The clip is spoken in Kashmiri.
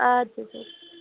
اَد سا چَلو